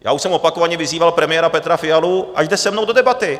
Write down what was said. Už jsem opakovaně vyzýval premiéra Petra Fialu, ať jde se mnou do debaty.